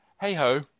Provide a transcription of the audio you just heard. Hey-ho